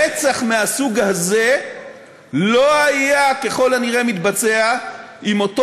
רצח מהסוג הזה לא היה ככל הנראה מתבצע אם אותו